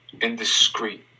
indiscreet